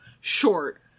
short